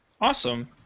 Awesome